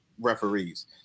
referees